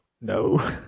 no